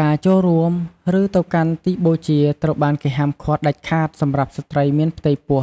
ការចូលរួម ឬទៅកាន់ទីបូជាត្រូវបានគេហាមឃាត់ដាច់ខាតសម្រាប់ស្ត្រីមានផ្ទៃពោះ